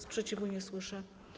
Sprzeciwu nie słyszę.